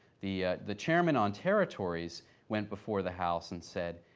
the the chairman on territories went before the house and said,